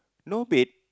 no bed